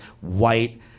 white